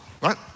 right